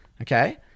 Okay